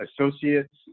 Associates